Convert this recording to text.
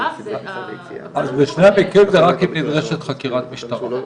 אז בשני המקרים זה רק אם נדרשת חקירת משטרה?